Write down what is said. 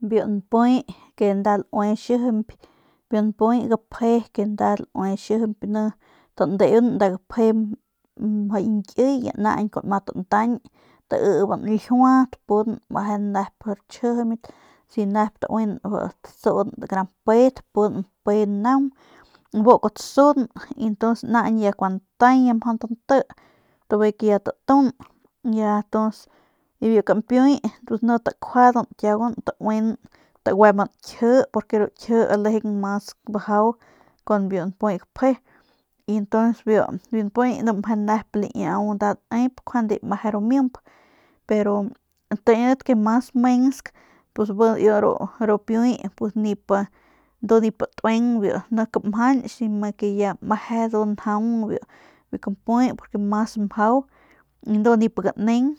Biu npuy ke nda laui xijiñp biu npuy gapje ke nda laui xijiñp ni tandeun nda gapje mjau ki ñkiy naañ kuanma tantañ taiban ljua tapun meje nep chjijiñbat si tauin nep tasung kara mpe tapun mpe naung y bu kuajau tasun y tuns cuando ntay ya mjau tan ti tuns bijiy ta tatun ya tuns y biu kampiuy ni ya tajuadan taguemban jie lejeng mas bajau kun biu npuy gapje y ntuns biu npuy ni meje nep laiau nda nep n ep njuande meje ru mimp pero teedat que mas mensk pus ru piuy ndu nip tueng dimiut nik mjanch si me que ya njaung biu kampuy ni mas mjau ni nip ganeng